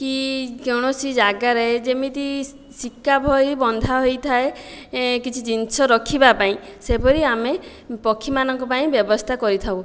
କି କୌଣସି ଜାଗାରେ ଯେମିତି ଶିକା ଭଳି ବନ୍ଧା ହୋଇଥାଏ ଏ କିଛି ଜିନିଷ ରଖିବା ପାଇଁ ସେଭଳି ଆମେ ପକ୍ଷୀମାନଙ୍କ ପାଇଁ ବ୍ୟବସ୍ଥା କରିଥାଉ